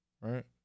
right